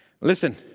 Listen